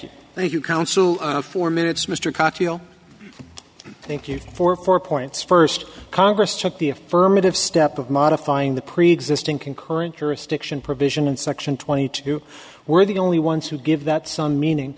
you thank you counsel for minutes mr cox thank you for four points first congress took the affirmative step of modifying the preexisting concurrent jurisdiction provision and section twenty two were the only ones who give that some meaning